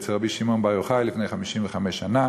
אצל רבי שמעון בר יוחאי, לפני 55 שנה.